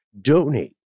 donate